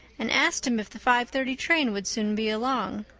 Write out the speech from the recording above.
and asked him if the five-thirty train would soon be along.